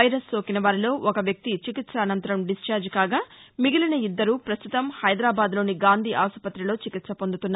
virus సోకిస వారిలో ఒక వ్యక్తి చికిత్స అనంతరం డిశ్చార్జ్ కాగా మిగిలిన ఇద్దరూ ప్రస్తుతం హైదరాబాద్లోని గాంధీ ఆసుపత్రిలో చికిత్స పొందుతున్నారు